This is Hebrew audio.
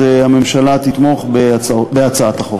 אז הממשלה תתמוך בהצעת החוק.